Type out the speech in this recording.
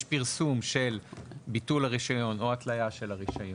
יש פרסום של ביטול הרישיון או של התליה של הרישיון.